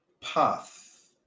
Path